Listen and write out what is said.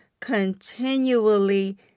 continually